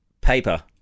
Paper